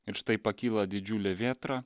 ir štai pakyla didžiulė vėtra